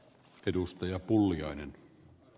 arvoisa puhemies